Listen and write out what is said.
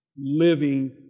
living